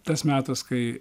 tas metas kai